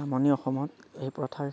নামনি অসমত এই প্ৰথা